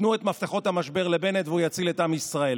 תנו את מפתחות המשבר לבנט והוא יציל את עם ישראל,